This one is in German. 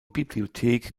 bibliothek